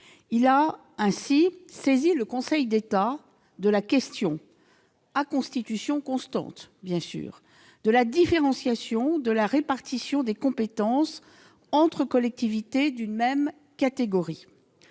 Il a ainsi saisi le Conseil d'État de la question, à Constitution constante, de la différenciation de la répartition des compétences entre collectivités d'une même catégorie.